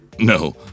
No